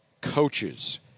coaches